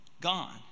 gone